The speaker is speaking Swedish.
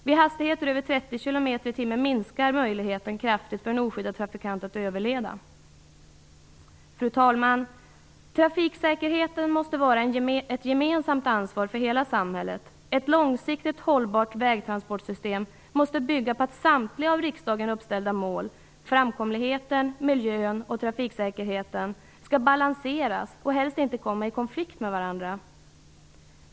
Vid hastigheter över 30 km/tim minskar möjligheten kraftigt för en oskyddad trafikant att överleva. Fru talman! Trafiksäkerheten måste vara ett gemensamt ansvar för hela samhället. Ett långsiktigt hållbart vägtransportsystem måste bygga på samtliga av riksdagen uppställda mål. Framkomligheten, miljön och trafiksäkerheten skall balanseras och helst inte komma i konflikt med varandra.